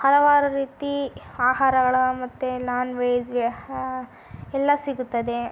ಹಲವಾರು ರೀತಿಯ ಆಹಾರಗಳು ಮತ್ತೆ ನಾನ್ ವೆಜ್ ಎಲ್ಲ ಸಿಗುತ್ತದೆ